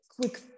quick